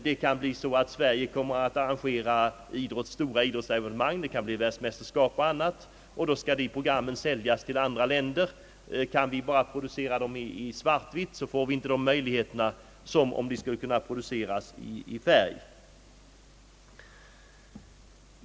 Sverige kan vidare komma att arrangera stora idrottsevenemang, t.ex. världsmästerskap i olika idrottseller sportbranscher, från vilka sändningarna skall vidarebefordras till andra länder. Om vi bara kan producera sändningarna i svart-vitt, får vi inte samma möjligheter som om de skulle produceras i färg.